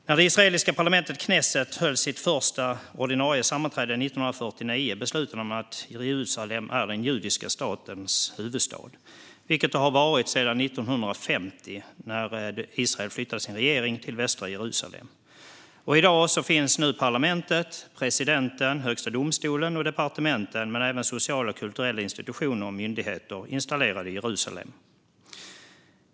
När det israeliska parlamentet knesset höll sitt första ordinarie sammanträde 1949 beslutade man att Jerusalem är den judiska statens huvudstad, vilket det har varit sedan 1950 då Israel flyttade sin regering till västra Jerusalem. I dag finns parlamentet, presidenten, högsta domstolen samt departementen, men även sociala och kulturella institutioner och myndigheter, installerade i Jerusalem.